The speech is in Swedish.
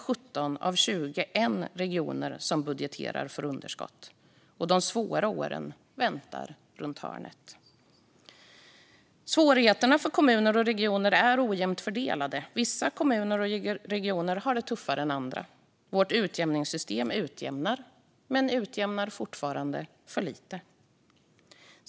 17 av 21 regioner budgeterar för underskott, och de svåra åren väntar runt hörnet. Svårigheterna för kommuner och regioner är ojämnt fördelade. Vissa kommuner och regioner har det tuffare än andra. Vårt utjämningssystem utjämnar men utjämnar fortfarande för lite.